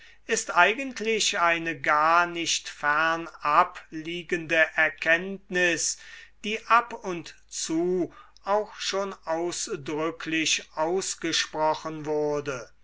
ist eigentlich eine gar nicht fernab liegende erkenntnis die ab und zu auch schon ausdrücklich ausgesprochen wurde